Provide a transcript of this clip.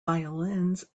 violins